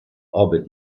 orbit